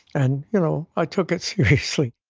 and you know i took it seriously